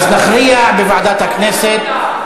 אז נכריע בוועדת הכנסת.